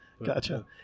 Gotcha